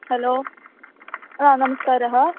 hello नमस्कारः